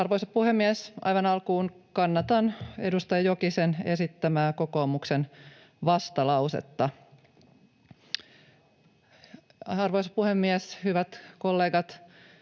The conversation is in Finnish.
Arvoisa puhemies! Aivan alkuun kannatan edustaja Jokisen esittämää kokoomuksen vastalausetta. Arvoisa puhemies! Hyvät kollegat!